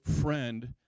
friend